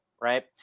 right